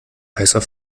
heißer